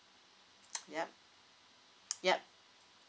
yup yup